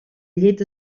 llet